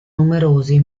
numerosi